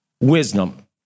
wisdom